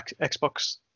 Xbox